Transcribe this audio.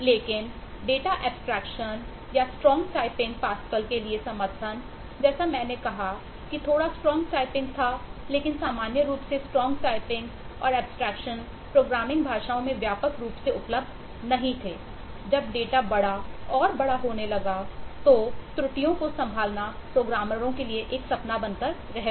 लेकिन data abstraction programming भाषाओं में व्यापक रूप से उपलब्ध नहीं थे जब डेटा बड़ा और बड़ा होने लगा तो त्रुटियों को संभालना प्रोग्रामरों के लिए एक सपना बनकर रह गया